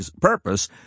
purpose